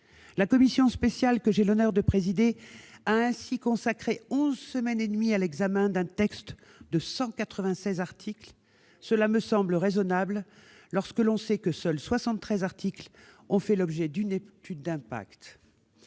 La commission spéciale que j'ai l'honneur de présider a consacré onze semaines et demie à l'examen d'un texte comprenant 196 articles ; cela me semble raisonnable lorsque l'on sait que seuls 73 articles ont fait l'objet d'une étude d'impact.